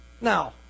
now